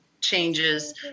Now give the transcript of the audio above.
changes